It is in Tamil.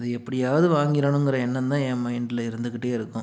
அது எப்படியாவது வாங்கிடணுங்கிற எண்ணோம்தான் ஏன் மைண்ட்டில இருந்துக்கிட்டே இருக்கும்